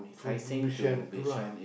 from Bishan itu lah